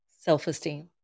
self-esteem